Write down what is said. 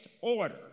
order